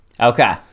Okay